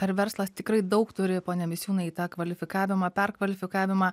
ar verslas tikrai daug turi pone misiūnai į tą kvalifikavimą perkvalifikavimą